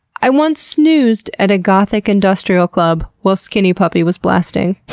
i once snoozed at a gothic industrial club while skinny puppy was blasting.